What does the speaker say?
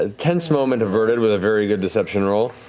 ah tense moment averted with a very good deception roll.